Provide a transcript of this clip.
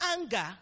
anger